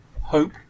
hope